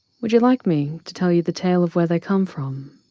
would you like me to tell you the tale of where they come from?